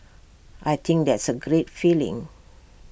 I think that's A great feeling